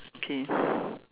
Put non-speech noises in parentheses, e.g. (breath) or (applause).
okay (breath)